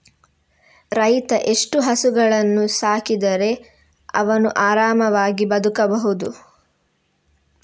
ರೈತ ಎಷ್ಟು ಹಸುವನ್ನು ಸಾಕಿದರೆ ಅವನು ಆರಾಮವಾಗಿ ಬದುಕಬಹುದು?